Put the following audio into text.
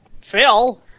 Phil